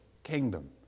kingdom